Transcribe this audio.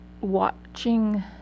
watching